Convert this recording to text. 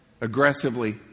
aggressively